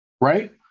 right